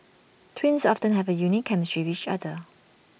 twins often have A unique chemistry with each other